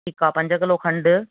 ठीक आहे पंज किलो खंडु